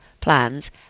plans